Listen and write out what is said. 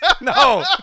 No